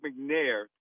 McNair